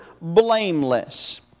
blameless